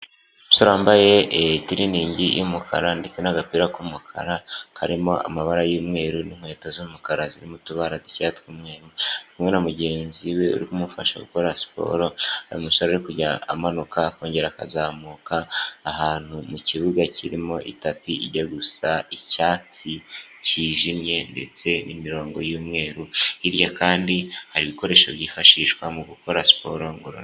Umusore wambaye itiriningi y'umukara ndetse n'agapira k'umukara, karimo amabara y'umweru n'inkweto z'umukara zirimo utubara dukeya tw'umweru, ari kumwe na mugenzi we uri kumufasha gukora siporo, aho umusore ari kujya amanuka akongera akazamuka, ahantu mu kibuga kirimo itapi ijya gusa icyatsi kijimye, ndetse n'imirongo y'umweru. Hirya kandi hari ibikoresho byifashishwa mu gukora siporo ngoror...